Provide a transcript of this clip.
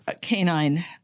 canine